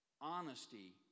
Honesty